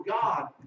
God